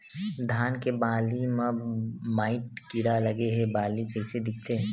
धान के बालि म माईट कीड़ा लगे से बालि कइसे दिखथे?